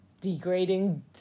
degrading